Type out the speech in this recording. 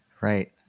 right